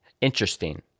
Interesting